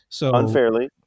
unfairly